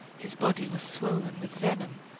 his body was swollen with venom,